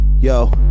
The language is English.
Yo